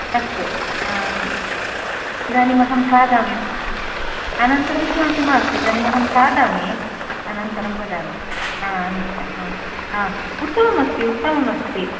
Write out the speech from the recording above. अस्तु इदानीमहं खादामि अनन्तरं किमपि मास्तु इदानीम् अहं खादामि अनन्तरं वदामि अनन्तरं हा उत्तमम् अस्ति उत्तमम् अस्ति